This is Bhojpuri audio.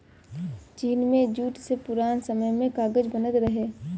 चीन में जूट से पुरान समय में कागज बनत रहे